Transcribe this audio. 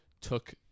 took